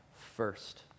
first